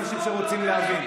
אני אאפשר לך.